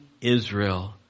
Israel